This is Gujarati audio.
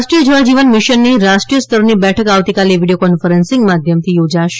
રાષ્ટ્રીય જળજીવન મિશનની રાષ્ટ્રીય સ્તરની બેઠક આવતીકાલે વીડિયો કોન્ફરન્સિંગ માધ્યમથી યોજાશે